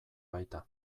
baita